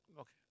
Okay